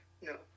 No